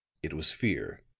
it was fear,